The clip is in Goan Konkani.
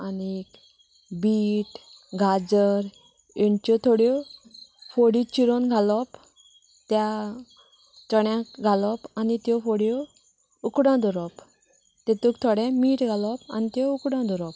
आनीक बीट गाजर हेंच्यो थोड्यो फोडी चिरून घालप त्या चण्यांक घालप आनी त्यो फोड्यो उकडूंक दवरप आनी तेतूं थोडे मीठ घालप आनी त्यो उकडूंक दवरप